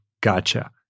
gotcha